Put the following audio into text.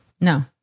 No